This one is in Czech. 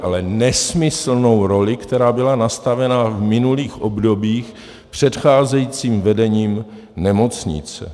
Ale nesmyslnou roli, která byla nastavena v minulých obdobích předcházejícím vedením nemocnice.